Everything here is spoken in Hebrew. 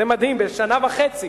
זה מדהים, בשנה וחצי.